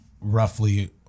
roughly